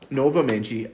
novamente